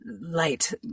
light